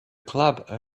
club